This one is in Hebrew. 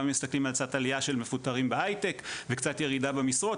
גם אם מסתכלים על העלייה של מפוטרים בהייטק וקצת ירידה במשרות,